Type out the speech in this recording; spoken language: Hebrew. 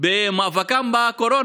במאבקם בקורונה,